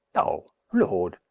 oh, lord!